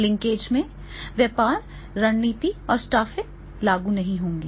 linkage में व्यापार रणनीति और स्टाफिंग लागू नहीं होंगे